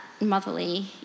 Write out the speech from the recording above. motherly